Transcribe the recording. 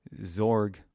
Zorg